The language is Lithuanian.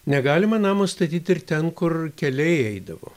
negalima namo statyt ir ten kur keliai eidavo